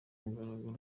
mugaragaro